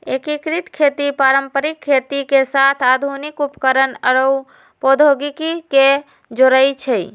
एकीकृत खेती पारंपरिक खेती के साथ आधुनिक उपकरणअउर प्रौधोगोकी के जोरई छई